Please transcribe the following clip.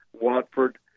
Watford